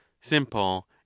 simple